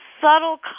subtle